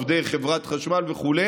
עובדי חברת חשמל וכו'